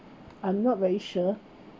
I'm not very sure